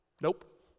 Nope